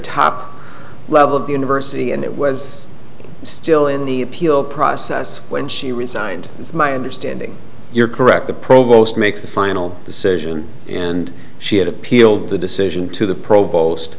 top level of the university and it was still in the appeal process when she resigned it's my understanding you're correct the provost makes the final decision and she had appealed the decision to the provost